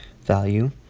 value